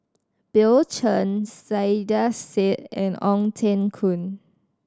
Bill Chen Saiedah Said and Ong Teng Koon